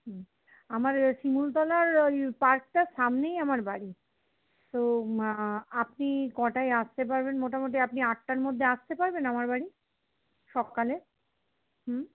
আমার শিমুলতলার ওই পার্কটার সামনেই আমার বাড়ি তো আপনি কটায় আসতে পারবেন মোটামুটি আপনি আটটার মধ্যে আসতে পারবেন আমার বাড়ি সক্কালে হুম